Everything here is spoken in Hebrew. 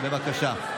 בבקשה.